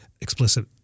explicit